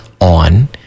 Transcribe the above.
on